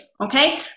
Okay